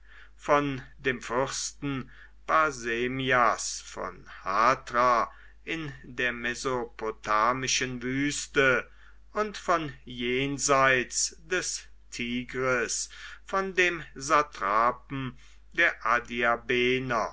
von dem fürsten barsemias von hatra in der mesopotamischen wüste und von jenseits des tigris von dem satrapen der